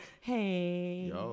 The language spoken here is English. hey